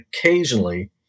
occasionally